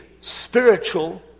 spiritual